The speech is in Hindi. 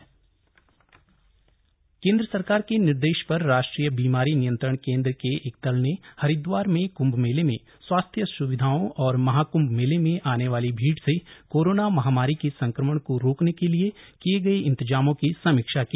केंद्रीय कमेटी केंद्र सरकार के निर्देश पर राष्ट्रीय बीमारी नियंत्रण केंद्र के एक दल ने हरिदवार में कृंभ मेले में स्वास्थ्य स्विधाओं और महाकृंभ मेले में आने वाली भीड़ से कोरोना महामारी के संक्रमण को रोकने के लिए किए गए इंतजामों की समीक्षा की